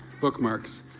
bookmarks